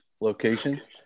locations